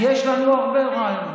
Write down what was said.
יש לנו הרבה רעיונות,